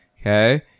okay